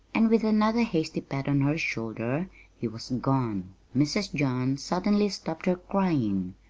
and with another hasty pat on her shoulder he was gone. mrs. john suddenly stopped her crying.